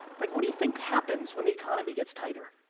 like, what do you think happens when the economy gets tighter?